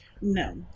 No